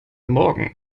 morgen